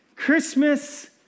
Christmas